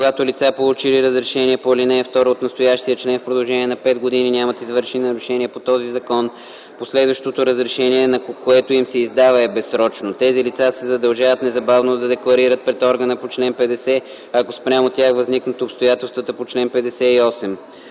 Когато лица, получили разрешение по ал. 2 от настоящия член, в продължение на пет години нямат извършени нарушения по този закон, последващото разрешение, което им се издава, е безсрочно. Тези лица се задължават незабавно да декларират пред органа по чл. 50, ако спрямо тях възникнат обстоятелствата по чл. 58.”